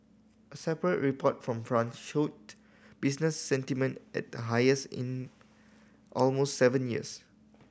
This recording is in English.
a separate report from France showed business sentiment at the highest in almost seven years